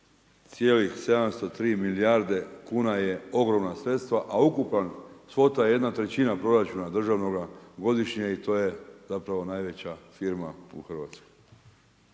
ovih 17,703 milijarde kuna su ogromna sredstva, a ukupna svota 1/3 proračuna državnoga godišnje i to je zapravo najveća firma u Hrvatskoj.